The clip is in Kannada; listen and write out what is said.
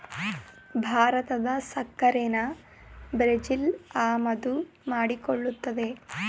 ಭಾರತದ ಸಕ್ಕರೆನಾ ಬ್ರೆಜಿಲ್ ಆಮದು ಮಾಡಿಕೊಳ್ಳುತ್ತದೆ